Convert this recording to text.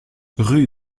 rue